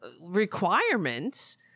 requirements